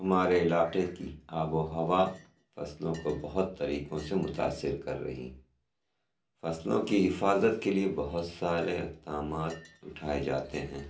ہمارے علاقے کی آب و ہَوا فصلوں کو بہت طریقوں سے متاثر کر رہی فصلوں کی حفاظت کے لیے بہت سارے اقدامات اُٹھائے جاتے ہیں